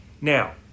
Now